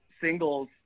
singles